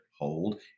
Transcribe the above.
hold